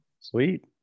Sweet